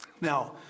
Now